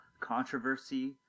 controversy